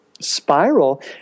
spiral